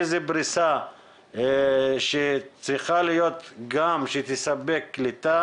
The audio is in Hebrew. איזה פריסה צריכה להיות גם שתספק קליטה